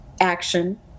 action